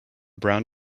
brown